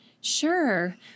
Sure